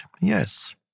yes